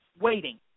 waiting